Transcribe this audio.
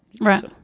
Right